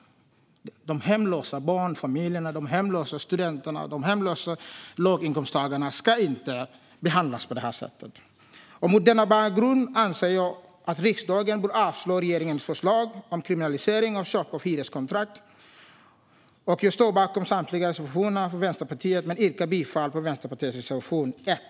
De hemlösa barnfamiljerna, studenterna och låginkomsttagarna ska inte behandlas på detta sätt. Mot denna bakgrund anser jag att riksdagen bör avslå regeringens förslag om kriminalisering av köp av hyreskontrakt. Jag står bakom samtliga reservationer från Vänsterpartiet men yrkar bifall endast till reservation 1.